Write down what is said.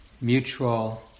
mutual